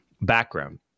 background